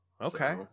Okay